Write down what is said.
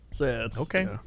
Okay